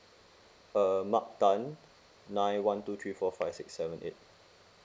uh mark tan nine one two three four five six seven eight